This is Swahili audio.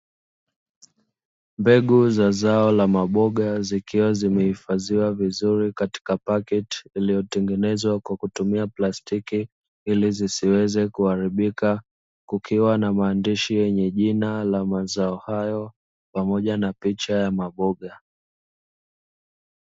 Mbegu za zao la maboga zikiwa zimehifadhiwa vizuri katika paketi iliyotengenezwa kwa kutumia plastiki, ili zisiweze kuharibika, kukiwa na maandishi yenye jina la mazao hayo, pamoja na picha ya maboga.